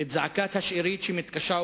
את זעקת השארית שמתקשה,